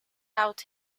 out